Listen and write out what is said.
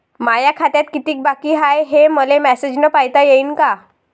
माया खात्यात कितीक बाकी हाय, हे मले मेसेजन पायता येईन का?